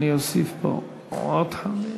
אוסיף פה חמש.